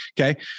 Okay